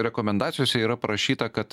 rekomendacijose yra parašyta kad